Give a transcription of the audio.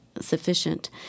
sufficient